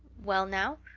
well now,